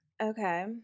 Okay